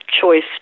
choice